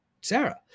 Sarah